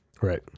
Right